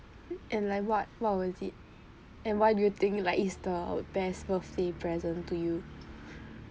and like what what was it and why do you think like it's the best birthday present to you